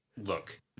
look